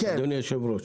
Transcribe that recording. אדוני יושב הראש.